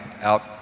out